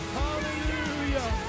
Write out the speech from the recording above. hallelujah